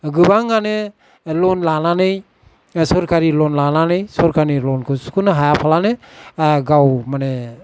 गोबाङानो लन लानानै सरकारि लन लानानै सरकारनि लनखौ सुख'नो हायाबालानो गाव माने